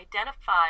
identify